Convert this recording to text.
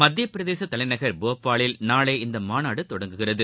மத்தியப் பிரதேசதலைநகர் போபாலில் நாளை இந்தமாநாடுதொடங்குகிறது